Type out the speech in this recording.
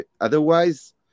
otherwise